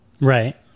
Right